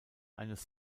eines